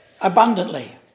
abundantly